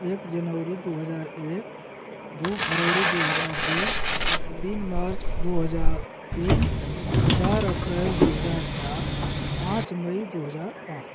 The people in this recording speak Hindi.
एक जनउरी दो हजार एक दो फरउरी दो हजार दो तीन मार्च दो हजार तीन चार अप्रैल दो हजार चार पाँच मई दो हजार पाँच